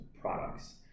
products